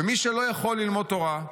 ומי שלא יכול ללמוד תורה,